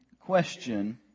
question